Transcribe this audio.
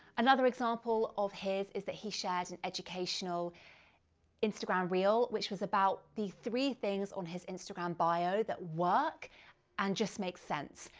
another example of his is that he shared an educational instagram reel which was about the three things on his instagram bio that work and just make sense.